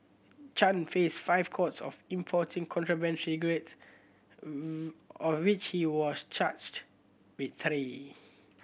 Chen faced five counts of importing contraband cigarettes of which he was charged with three